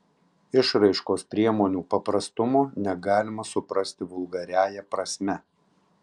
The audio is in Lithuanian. išraiškos priemonių paprastumo negalima suprasti vulgariąja prasme